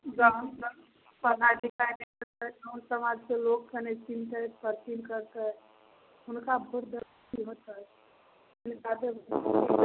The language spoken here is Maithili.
गामके पढ़ाइ लिखाइ नहि देखतै गामसमाजके लोकके नहि चिन्हतै परचिन्ह करतै हुनका भोट देबैसँ कि होतै जिनका देबै